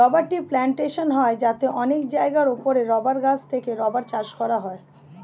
rubber tree plantation হয় যাতে অনেক জায়গার উপরে রাবার গাছ থেকে রাবার চাষ করা হয়